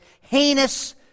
heinous